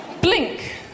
blink